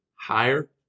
higher